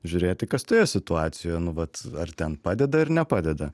žiūrėti kas toje situacijoje nu vat ar ten padeda ir nepadeda